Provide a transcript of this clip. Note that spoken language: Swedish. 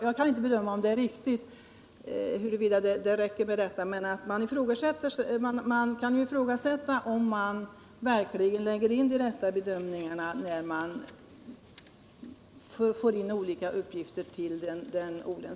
Jag kan inte bedöma om detta är tillräckligt, men jag ifrågasatte om man verkligen gjort riktiga bedömningar i detta avseende.